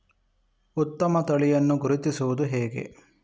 ಉತ್ತಮ ತಳಿಯನ್ನು ಗುರುತಿಸುವುದು ಹೇಗೆ?